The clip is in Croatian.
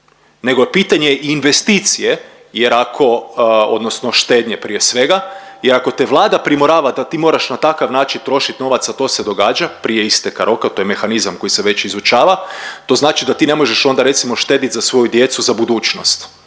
nego je pitanje i investicije jer ako odnosno štednje prije svega jer ako te vlada primorava da ti moraš na takav način trošiti novac, a to se događa prije isteka roka, al to je mehanizam koji se već izučava, to znači da ti ne možeš onda recimo štetiti za svoju djecu, za budućnost